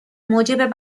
موجب